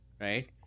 right